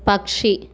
പക്ഷി